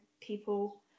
people